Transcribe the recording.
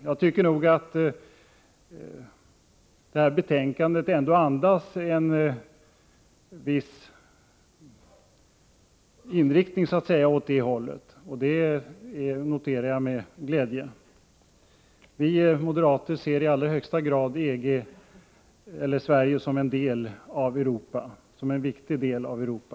Jag tycker nog att det här betänkandet ändå så att säga andas en viss inriktning åt det hållet, och det 105 noterar jag med glädje. Vi moderater ser i allra högsta grad Sverige som en viktig del av Europa.